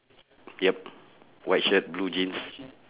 yup white shirt blue jeans